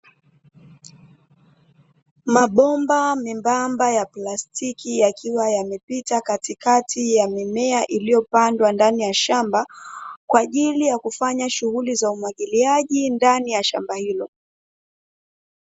Mabomba membamba ya plastiki yakiwa yamepita katikati ya mimea iliyopandwa ndani ya shamba, kwa ajili ya kufanya shughuli za umwagiliaji ndani ya shamba hilo.